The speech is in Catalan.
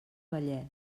vallès